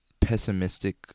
pessimistic